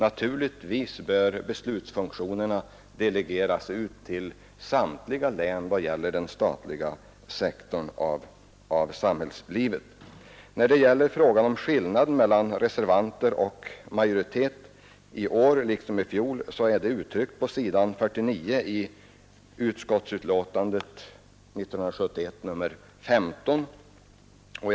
Naturligtvis bör beslutsfunktionerna delegeras till samtliga län vad gäller den statliga sektorn av samhällslivet. Skillnaden mellan reservanter och majoritet i fjol — och den är densamma i år — framgår klart om man läser s. 49 i utskottets betänkande nr 15 år 1971.